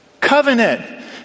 Covenant